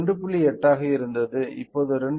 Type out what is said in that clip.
8 ஆக இருந்தது இப்போது 2